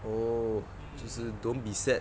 oh 就是 don't be sad